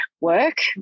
work